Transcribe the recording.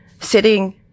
sitting